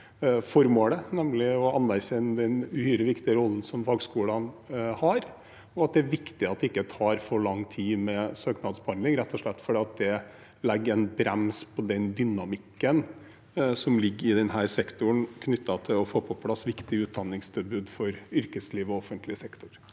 at vi deler formålet, nemlig å anerkjenne den uhyre viktige rollen som fagskolene har, og at det er viktig at det ikke tar for lang tid med søknadsbehandling, rett og slett fordi det legger en brems på den dynamikken som ligger i denne sektoren knyttet til å få på plass viktige utdanningstilbud for yrkesliv og offentlig sektor.